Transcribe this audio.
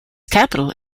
capital